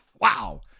wow